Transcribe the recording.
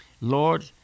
Lord